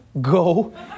go